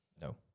No